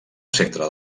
centre